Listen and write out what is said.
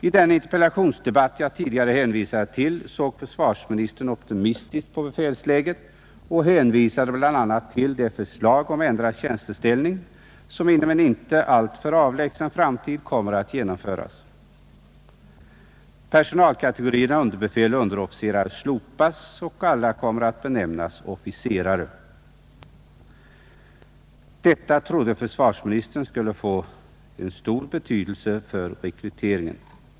I den interpellationsdebatt jag tidigare hänvisat till såg försvars ministern optimistiskt på befälsläget och hänvisade bl.a. till det förslag om ändrad tjänsteställning som inom en inte alltför avlägsen framtid kommer att genomföras. Personalkategorierna underbefäl och underofficerare slopas, och alla kommer att benämnas officerare. Detta trodde försvarsministern skulle få stor betydelse för rekryteringen.